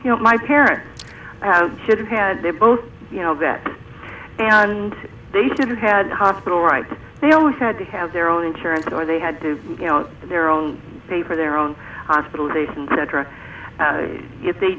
you know my parents should have had they both that and they should have had hospital right they always had to have their own insurance or they had to you know their own pay for their own hospitalization better if they